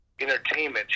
entertainment